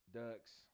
ducks